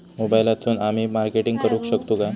मोबाईलातसून आमी मार्केटिंग करूक शकतू काय?